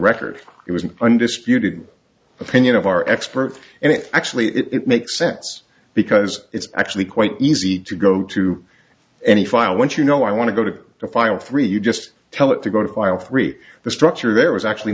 an undisputed opinion of our expert and it actually it makes sense because it's actually quite easy to go to any file once you know i want to go to the file three you just tell it to go to file three the structure there was actually